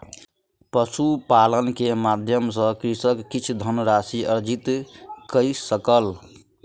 पशुपालन के माध्यम सॅ कृषक किछ धनराशि अर्जित कय सकल